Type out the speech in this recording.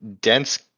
dense